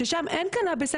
ששם אין קנאביס,